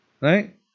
right